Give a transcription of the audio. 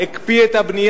ראש הממשלה הקפיא את הבנייה.